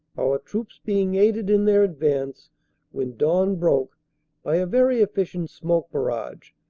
our troops being aided in their advance when dawn broke by a very efficient smoke barrage,